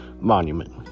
monument